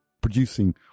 producing